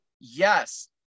yes